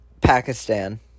Pakistan